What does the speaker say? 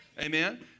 Amen